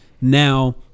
now